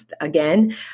again